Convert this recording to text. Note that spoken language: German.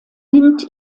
nimmt